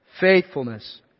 Faithfulness